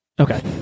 Okay